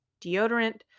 deodorant